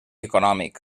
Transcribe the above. econòmic